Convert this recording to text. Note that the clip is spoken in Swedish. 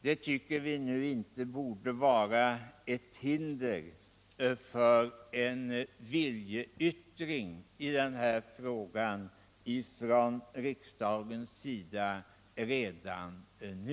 Det tycker vi nu inte borde vara ett hinder för en viljeyttring i denna fråga från riksdagens sida redan nu.